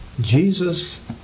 Jesus